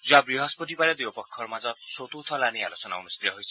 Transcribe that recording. যোৱা বৃহস্পতিবাৰে দুয়ো পক্ষৰ মাজত চতুৰ্থলানি আলোচনা অনষ্ঠিত হৈছিল